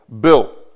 built